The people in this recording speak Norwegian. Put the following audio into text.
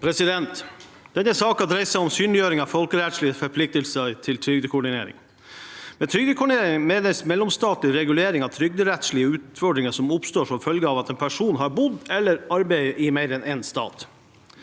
Denne sa- ken dreier seg om synliggjøring av folkerettslige forpliktelser til trygdekoordinering. Med trygdekoordinering menes mellomstatlig regulering av trygderettslige utfordringer som oppstår som følge av at en person har bodd eller arbeidet i mer enn én stat.